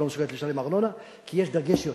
50%, לא מסוגלת לשלם ארנונה, כי יש דגש יותר.